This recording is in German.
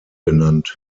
genannt